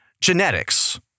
genetics